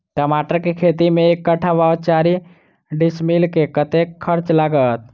टमाटर केँ खेती मे एक कट्ठा वा चारि डीसमील मे कतेक खर्च लागत?